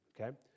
okay